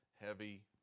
heavy